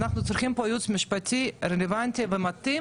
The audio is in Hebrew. אנחנו צריכים פה ייעוץ משפטי רלוונטי ומתאים,